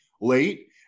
late